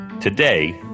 Today